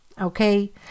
okay